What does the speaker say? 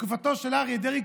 בתקופתו של אריה דרעי,